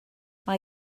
mae